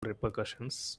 repercussions